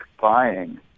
buying